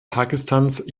pakistans